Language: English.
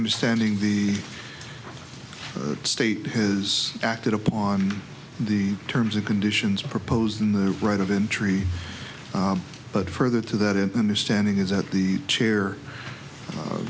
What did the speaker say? understanding the state has acted upon the terms and conditions proposed in the right of entry but further to that in understanding is that the chair